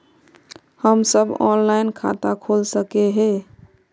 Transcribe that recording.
हम सब ऑनलाइन खाता खोल सके है?